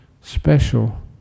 special